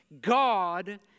God